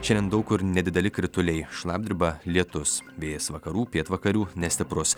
šiandien daug kur nedideli krituliai šlapdriba lietus vėjas vakarų pietvakarių nestiprus